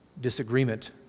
disagreement